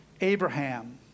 Abraham